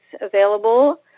available